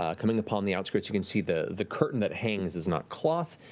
ah coming upon the outskirts you can see the the curtain that hangs is not cloth.